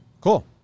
Cool